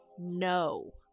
no